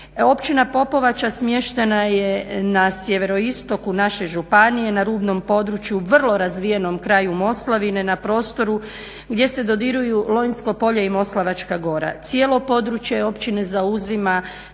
Općina Popovača smještena je na sjeveroistoku naše županije na rubnom području, vrlo razvijenom kraju Moslavine na prostoru gdje se dodiruju Lonjsko polje i Moslavačka gora. Cijelo područje općine zauzima